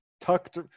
tucked